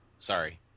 Sorry